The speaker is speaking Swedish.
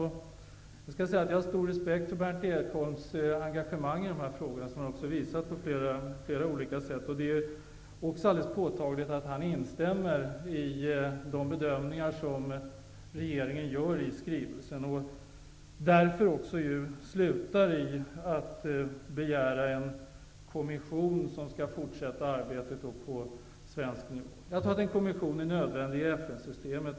Jag har stor respekt för Berndt Ekholms engagemang i dessa frågor, som han har visat på flera olika sätt. Det är alldeles tydligt att Berndt Ekholm instämmer i de bedömningar som regeringen gör i skrivelsen, men hans slutsats är att det behövs en kommission för det fortsatta arbetet på svensk nivå. Jag tror att en kommission är nödvändig i FN systemet.